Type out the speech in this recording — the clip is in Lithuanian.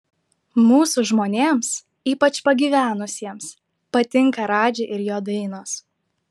mūsų žmonėms ypač pagyvenusiems patinka radži ir jo dainos